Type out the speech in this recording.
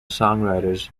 songwriters